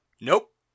Nope